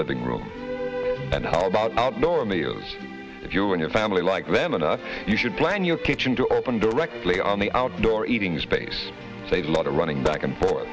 living room and how about outdoor meals if you and your family like them and you should plan your kitchen to open directly on the outdoor eating space it's a lot of running back and forth